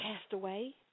castaway